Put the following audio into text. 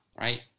right